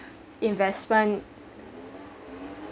investment